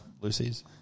Lucy's